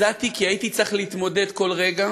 הזעתי כי הייתי צריך להתמודד כל רגע